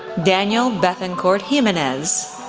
daniel bethancourt jimenez,